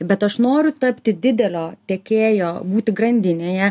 bet aš noriu tapti didelio tiekėjo būti grandinėje